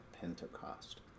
Pentecost